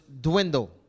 dwindle